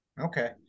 Okay